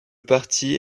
parti